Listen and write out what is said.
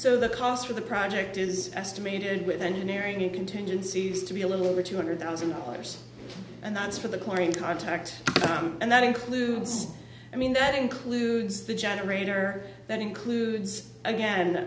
so the cost for the project is estimated with engineering contingencies to be a little over two hundred thousand dollars and that's for the corning contact and that includes i mean that includes the generator that includes again